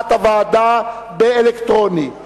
מי בעד ההסתייגות, ירים את ידו.